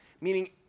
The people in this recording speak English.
Meaning